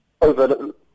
over